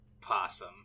Possum